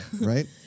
Right